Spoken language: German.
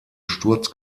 sturz